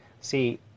See